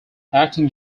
acting